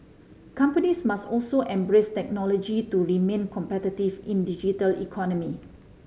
companies must also embrace technology to remain competitive in digital economy